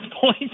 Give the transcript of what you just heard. point